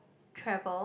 travel